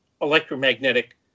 electromagnetic